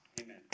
Amen